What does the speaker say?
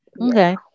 okay